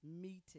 meeting